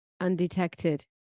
undetected